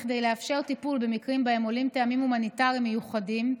כדי לאפשר טיפול במקרים שבהם עולים טעמים הומניטריים מיוחדים,